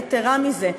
יתרה מזה,